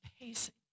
pacing